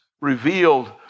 revealed